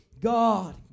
God